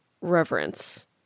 reverence